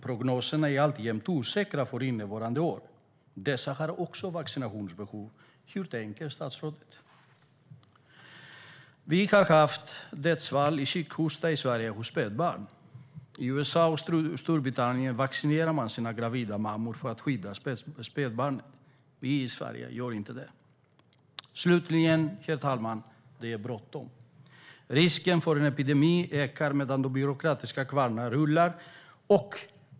Prognoserna är alltjämt osäkra för innevarande år. Dessa människor har också vaccinationsbehov. Hur tänker statsrådet? Vi har haft dödsfall i kikhosta i Sverige hos spädbarn. I USA och Storbritannien vaccinerar man sina gravida mammor för att skydda spädbarnen. Vi i Sverige gör inte det. Det är bråttom, herr talman. Risken för en epidemi ökar medan de byråkratiska kvarnarna rullar.